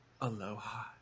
Aloha